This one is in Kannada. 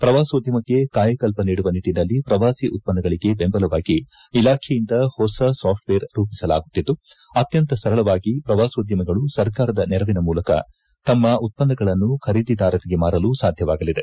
ಪ್ರವಾಸೋದ್ಯಮಕ್ಕೆ ಕಾಯಕಲ್ಪ ನೀಡುವ ನಿಟ್ಟಿನಲ್ಲಿ ಪ್ರವಾಸಿ ಉತ್ತನ್ನಗಳಗೆ ಬೆಂಬಲವಾಗಿ ಇಲಾಖೆಯಿಂದ ಹೊಸ ಸಾಫ್ಟವೇರ್ ರೂಪಿಸಲಾಗುತ್ತಿದ್ದು ಅತ್ಕಂತ ಸರಳವಾಗಿ ಪ್ರವಾಸೋದ್ಯಮಿಗಳು ಸರ್ಕಾರದ ನೆರವಿನ ಮೂಲಕ ತಮ್ಮ ಉತ್ತನ್ನಗಳನ್ನು ಖರೀದಿದಾರರಿಗೆ ಮಾರಲು ಸಾಧ್ಯವಾಗಲಿದೆ